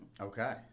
Okay